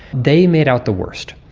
they made out the worst.